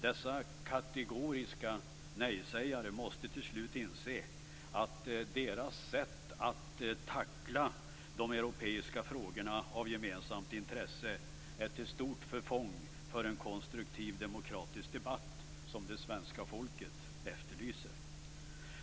Dessa kategoriska nej-sägare måste till slut inse att deras sätt att tackla de europeiska frågorna av gemensamt intresse är till stort förfång för en konstruktiv demokratisk debatt som det svenska folket efterlyser.